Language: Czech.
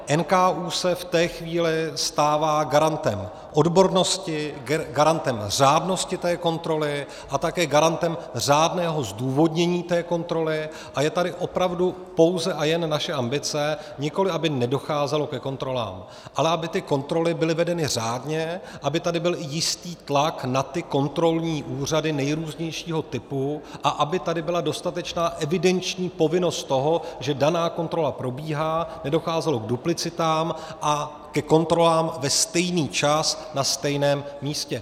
NKÚ se v té chvíli stává garantem odbornosti, garantem řádnosti kontroly a také garantem řádného zdůvodnění té kontroly a je tady opravdu pouze a jen naše ambice nikoliv aby nedocházelo ke kontrolám, ale aby ty kontroly byly vedeny řádně, aby tady byl i jistý tlak na kontrolní úřady nejrůznějšího typu a aby tady byla dostatečná evidenční povinnost toho, že daná kontrola probíhá, nedocházelo k duplicitám a ke kontrolám ve stejný čas na stejném místě.